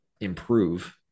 improve